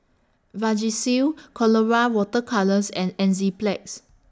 Vagisil Colora Water Colours and Enzyplex